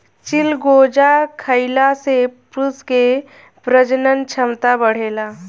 चिलगोजा खइला से पुरुष के प्रजनन क्षमता बढ़ेला